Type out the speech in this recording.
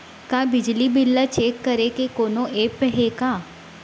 का बिजली बिल ल चेक करे के कोनो ऐप्प हे का?